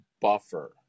buffer